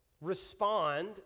respond